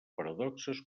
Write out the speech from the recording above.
paradoxes